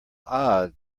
odd